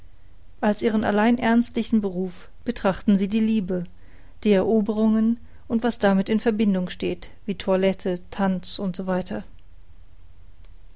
als ihren allein ernstlichen beruf betrachten sie die liebe die eroberungen und was damit in verbindung steht wie toilette tanz u s